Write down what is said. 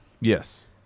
Yes